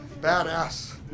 badass